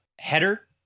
header